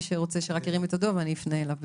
מי שרוצה שרק ירים את ידו ואני אפנה אליו.